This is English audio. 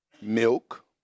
milk